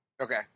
Okay